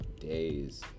days